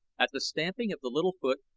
at the stamping of the little foot,